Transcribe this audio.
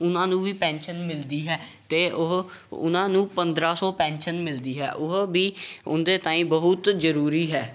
ਉਹਨਾਂ ਨੂੰ ਵੀ ਪੈਨਸ਼ਨ ਮਿਲਦੀ ਹੈ ਅਤੇ ਉਹ ਉਹਨਾਂ ਨੂੰ ਪੰਦਰਾਂ ਸੌ ਪੈਨਸ਼ਨ ਮਿਲਦੀ ਹੈ ਉਹ ਵੀ ਉਹਨਦੇ ਤਾਈਂ ਬਹੁਤ ਜ਼ਰੂਰੀ ਹੈ